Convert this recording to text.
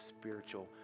spiritual